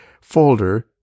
folder